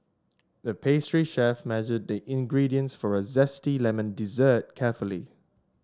the pastry chef measured the ingredients for a zesty lemon dessert carefully